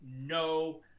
no